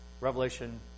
Revelation